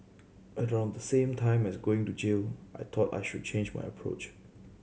around the same time as going to jail I thought I should change my approach